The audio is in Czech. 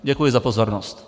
Děkuji za pozornost.